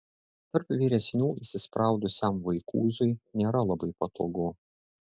tarp vyresnių įsispraudusiam vaikūzui nėra labai patogu